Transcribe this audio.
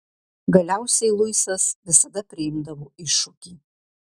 galiausiai luisas visada priimdavo iššūkį